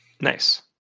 Nice